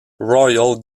royal